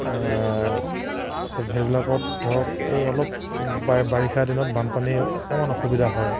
সেই সেইবিলাকত ধৰক এই অলপ বাৰিষা বাৰি দিনত বানপানী অকণমান অসুবিধা হয়